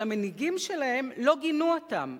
אבל המנהיגים שלהם לא גינו אותם,